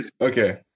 Okay